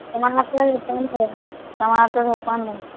टमाटर हइ पनरह टमाटर हइ पनरह